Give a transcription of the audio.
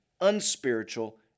unspiritual